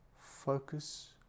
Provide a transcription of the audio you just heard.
focus